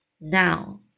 Now